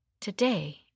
Today